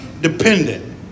dependent